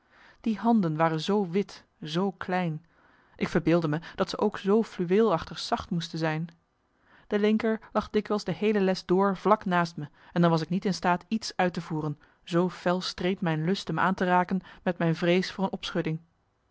die handen waren zoo wit zoo klein ik verbeeldde me dat ze ook zoo fluweelachtig zacht moesten zijn de linker lag dikwijls de heele les door vlak naast me en dan was ik niet in staat iets uit te voeren zoo fel streed mijn lust m aan te raken met mijn vrees voor een